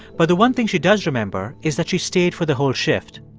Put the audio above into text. but the one thing she does remember is that she stayed for the whole shift.